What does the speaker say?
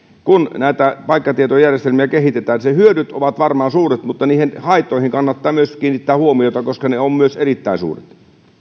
kun näitä paikkatietojärjestelmiä kehitetään niin niiden hyödyt ovat varmaan suuret mutta myös niihin haittoihin kannattaa kiinnittää huomiota koska myös ne ovat erittäin suuret